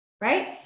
right